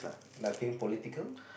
nothing political